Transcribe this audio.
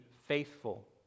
faithful